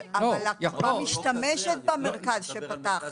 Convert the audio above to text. אבל הקופה משתמשת במרכז שפתחת.